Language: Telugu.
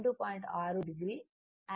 6o యాంపియర్ వస్తుంది